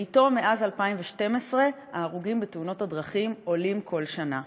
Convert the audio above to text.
ואתו עולה מאז 2012 מספר ההרוגים בתאונות הדרכים כל שנה.